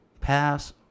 pass